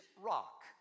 rock